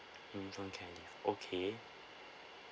infant care okay